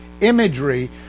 imagery